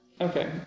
Okay